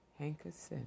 Hankerson